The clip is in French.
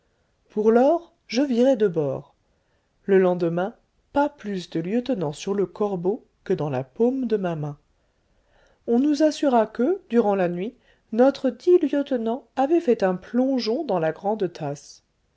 pour lors je virai de bord le lendemain pas plus de lieutenant sur le corbeau que dans la paume de ma main on nous assura que durant la nuit notre dit lieutenant avait fait un plongeon dans la grande tasse